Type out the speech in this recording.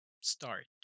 start